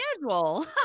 schedule